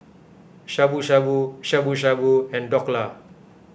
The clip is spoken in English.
Shabu Shabu Shabu Shabu and Dhokla